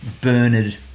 Bernard